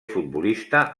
futbolista